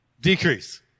decrease